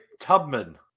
Tubman